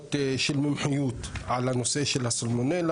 בשאלות של מומחיות על הנושא של הסלמונלה.